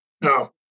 No